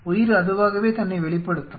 உயிர் அதுவாகவே தன்னை வெளிப்படுத்தும்